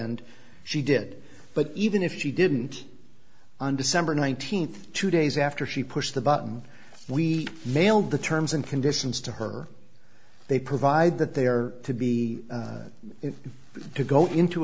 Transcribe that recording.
end she did but even if she didn't under some or nineteenth two days after she pushed the button we mailed the terms and conditions to her they provide that they are to be to go into